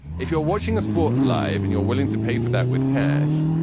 if you're watching a sport live and you're willing to pay for that with cash,